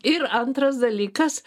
ir antras dalykas